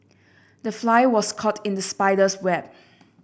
the fly was caught in the spider's web